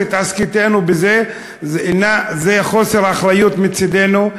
התעסקותנו בזה זה חוסר אחריות מצדנו.